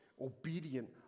obedient